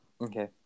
Okay